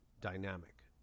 dynamic